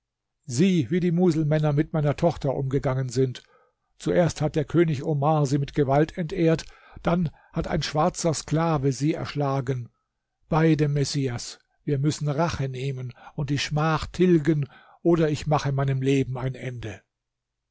sieh wie die muselmänner mit meiner tochter umgegangen sind zuerst hat der könig omar sie mit gewalt entehrt dann hat ein schwarzer sklave sie erschlagen bei dem messias wir müssen rache nehmen und die schmach tilgen oder ich mache meinem leben ein ende